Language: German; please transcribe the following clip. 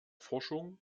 forschung